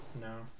No